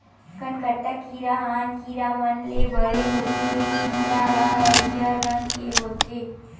कनकट्टा कीरा ह आन कीरा मन ले बड़े होथे ए कीरा ह हरियर रंग के होथे